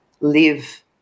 live